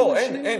לא, אין.